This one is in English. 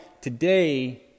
today